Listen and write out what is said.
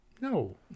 No